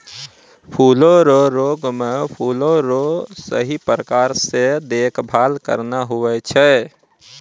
फूलो रो रोग मे फूलो रो सही प्रकार से देखभाल करना हुवै छै